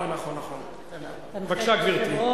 בבקשה, גברתי.